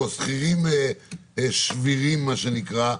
או שכירים שבירים מה שנקרא,